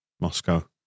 Moscow